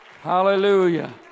Hallelujah